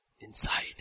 inside